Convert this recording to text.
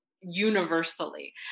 universally